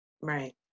Right